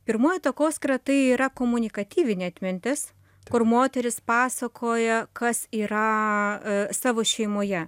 pirmoji takoskyra tai yra komunikatyvinė atmintis kur moteris pasakoja kas yra savo šeimoje